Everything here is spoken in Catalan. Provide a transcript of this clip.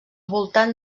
voltant